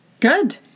Good